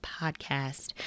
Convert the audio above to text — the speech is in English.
podcast